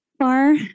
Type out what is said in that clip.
far